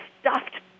stuffed